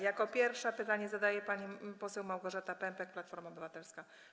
Jako pierwsza pytanie zadaje pani poseł Małgorzata Pępek, Platforma Obywatelska.